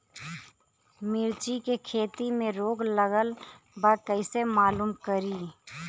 मिर्ची के खेती में रोग लगल बा कईसे मालूम करि?